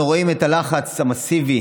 אנחנו רואים את הלחץ המסיבי